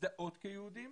להזדהות כיהודים